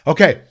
Okay